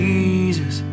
Jesus